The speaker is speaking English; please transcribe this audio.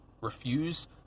Refuse